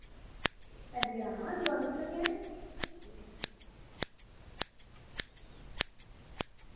हां जी हां दुकान उप्पर गै